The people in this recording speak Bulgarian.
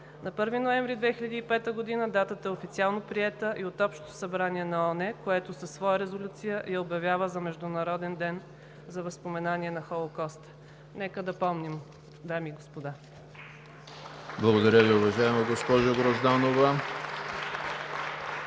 На 1 ноември 2005 г. датата е официално приета и от Общото събрание на ООН, което със своя резолюция я обявява за Международен ден за възпоменание на Холокоста. Нека да помним, дами и господа! (Ръкопляскания.)